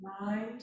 mind